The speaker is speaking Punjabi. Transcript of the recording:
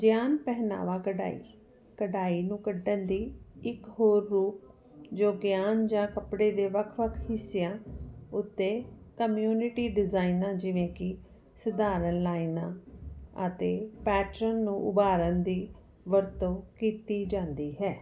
ਗਿਆਨ ਪਹਿਨਾਵਾ ਕਢਾਈ ਕਢਾਈ ਨੂੰ ਕੱਢਣ ਦੀ ਇੱਕ ਹੋਰ ਰੂਪ ਜੋ ਗਿਆਨ ਜਾਂ ਕੱਪੜੇ ਦੇ ਵੱਖ ਵੱਖ ਹਿੱਸਿਆਂ ਉੱਤੇ ਕਮਿਊਨਿਟੀ ਡਿਜ਼ਾਇਨਰ ਜਿਵੇਂ ਕਿ ਸਧਾਰਨ ਲਾਈਨਾਂ ਅਤੇ ਪੈਟਰਨ ਨੂੰ ਉਭਾਰਨ ਦੀ ਵਰਤੋਂ ਕੀਤੀ ਜਾਂਦੀ ਹੈ